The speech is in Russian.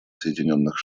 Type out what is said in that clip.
соединенных